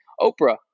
Oprah